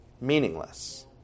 meaningless